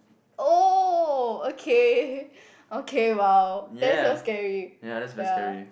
oh okay okay !wow! that's so scary ya